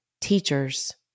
teachers